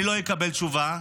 אני לא אקבל תשובה,